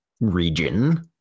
region